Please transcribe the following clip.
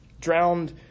drowned